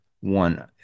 one